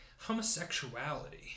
Homosexuality